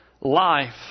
life